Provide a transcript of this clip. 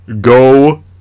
Go